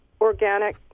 organic